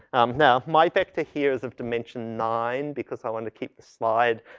um, now, my vector here is of dimension nine because i want to keep the slide,